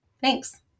Thanks